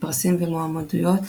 פרסים ומועמדויות